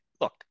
look